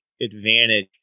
advantage